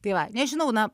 tai va nežinau na